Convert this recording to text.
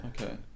Okay